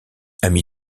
ami